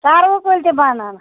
سَروٕ کُلۍ تہِ بَنن